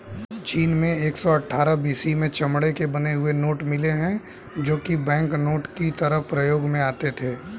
चीन में एक सौ अठ्ठारह बी.सी में चमड़े के बने हुए नोट मिले है जो की बैंकनोट की तरह प्रयोग में आते थे